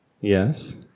Yes